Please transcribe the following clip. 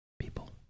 people